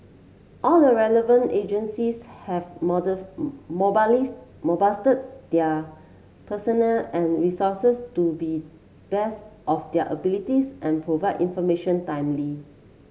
all the relevant agencies have their personnel and resources to be best of their abilities and provided information timely